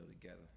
together